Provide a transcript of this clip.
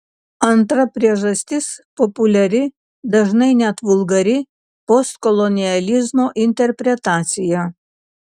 antra priežastis populiari dažnai net vulgari postkolonializmo interpretacija